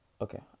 Okay